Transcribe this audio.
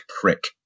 prick